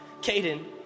Caden